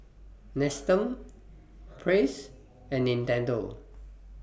Nestum Praise and Nintendo